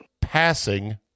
passing